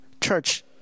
Church